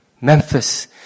Memphis